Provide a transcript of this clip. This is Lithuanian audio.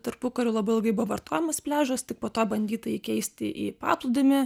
tarpukariu labai ilgai buvo vartojamas pliažas tik po to bandyta jį keisti į paplūdimį